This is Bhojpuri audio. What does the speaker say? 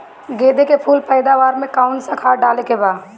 गेदे के फूल पैदवार मे काउन् सा खाद डाले के बा?